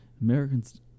Americans